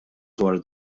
dwar